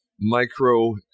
micro